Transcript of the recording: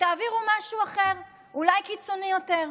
ותעבירו משהו אחר, אולי קיצוני יותר.